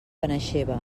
benaixeve